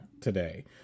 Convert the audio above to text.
today